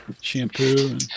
shampoo